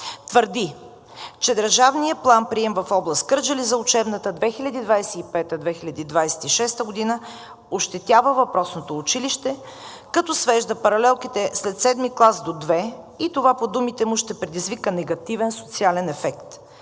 твърди, че държавният план-прием в област Кърджали за учебната 2025/2026 г. ощетява въпросното училище, като свежда паралелките след седми клас до две и това по думите му ще предизвика негативен социален ефект.